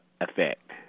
effect